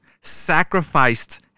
sacrificed